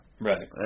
Right